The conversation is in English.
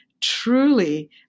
truly